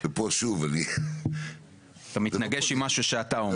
ופה שוב אני --- אתה מתנגש עם משהו שאתה אומר.